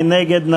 מי נגד?